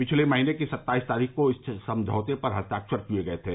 पिछले महीने की सत्ताईस तारीख को इस समझौते पर हस्ताक्षर किये गये थे